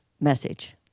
message